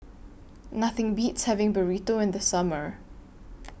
Nothing Beats having Burrito in The Summer